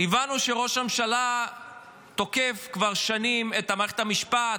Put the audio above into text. הבנו שראש הממשלה תוקף כבר שנים את מערכת המשפט,